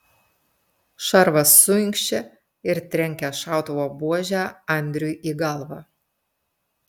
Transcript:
šarvas suinkščia ir trenkia šautuvo buože andriui į galvą